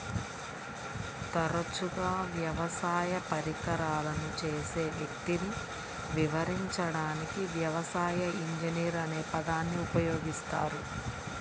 తరచుగా వ్యవసాయ పరికరాలను చేసే వ్యక్తిని వివరించడానికి వ్యవసాయ ఇంజనీర్ అనే పదాన్ని ఉపయోగిస్తారు